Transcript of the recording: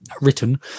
written